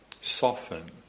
soften